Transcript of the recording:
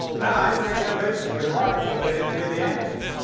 now i think they're basically right, but they didn't give the answer.